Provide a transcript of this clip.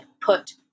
put